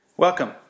Welcome